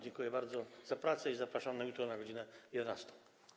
Dziękuję bardzo za pracę i zapraszam na jutro na godz. 11.